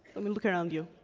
i mean look around you.